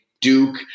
Duke